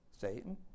Satan